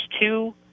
two